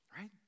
right